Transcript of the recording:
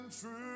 true